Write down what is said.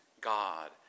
God